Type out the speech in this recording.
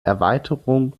erweiterung